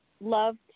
love